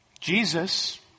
Jesus